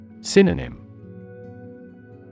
Synonym